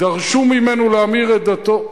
דרשו ממנו להמיר את דתו,